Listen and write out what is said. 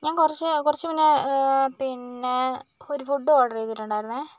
ഞാൻ കുറച്ച് കുറച്ച് മുന്നേ പിന്നെ ഒരു ഫുഡ് ഓർഡർ ചെയ്തിട്ടുണ്ടായിരുന്നെ